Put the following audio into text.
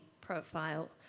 profile